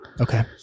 okay